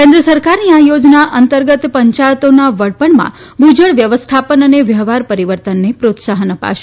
કેન્દ્ર સરકારની આ યોજના અંતર્ગત પંચાયતોના વડપણમાં ભુજળ વ્યવસ્થાપન અને વ્યવહાર પરીવર્તનને પ્રોત્સાહન અપાશે